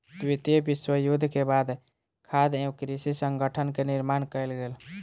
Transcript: द्वितीय विश्व युद्ध के बाद खाद्य एवं कृषि संगठन के निर्माण कयल गेल